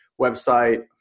website